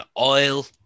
oil